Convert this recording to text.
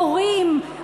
מורים,